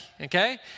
okay